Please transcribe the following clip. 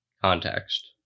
context